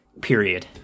Period